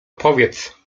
powiedz